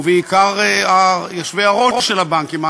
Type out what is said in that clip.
ובעיקר יושבי-הראש של הבנקים,